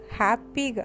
happy